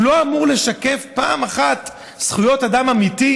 אמור לשקף פעם אחת זכויות אדם אמיתיות,